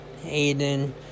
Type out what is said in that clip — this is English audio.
Aiden